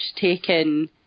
taken